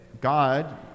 God